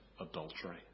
adultery